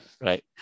right